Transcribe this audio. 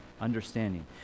Understanding